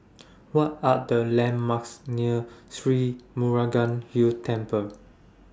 What Are The landmarks near Sri Murugan Hill Temple